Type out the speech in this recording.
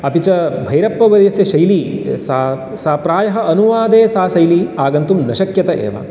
अपि च भैरप्पवर्यस्य शैली सा सा प्रायः अनुवादे सा शैली आगन्तुं न शक्यत एव